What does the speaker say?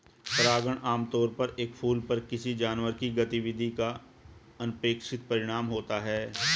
परागण आमतौर पर एक फूल पर किसी जानवर की गतिविधि का अनपेक्षित परिणाम होता है